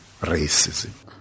racism